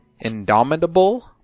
Indomitable